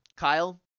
Kyle